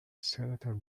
senator